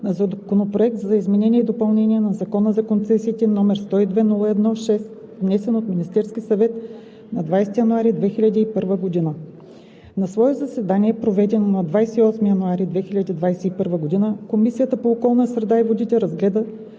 на Законопроект за изменение и допълнение на Закона за концесиите, № 102-01-6, внесен от Министерския съвет на 20 януари 2021 г. На свое заседание, проведено на 28 януари 2021 г., Комисията по околната среда и водите разгледа